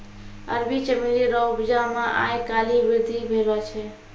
अरबी चमेली रो उपजा मे आय काल्हि वृद्धि भेलो छै